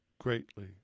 greatly